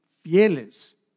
fieles